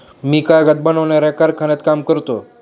मी कागद बनवणाऱ्या कारखान्यात काम करतो